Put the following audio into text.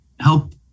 help